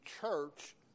church